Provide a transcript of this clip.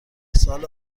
سال